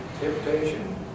Temptation